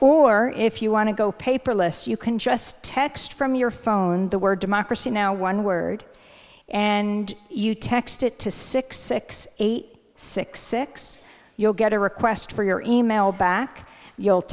or if you want to go paperless you can just text from your phone the word democracy now one word and you text it to six six eight six six you'll get a request for your e mail back you'll